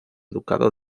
ducado